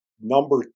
number